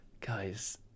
guys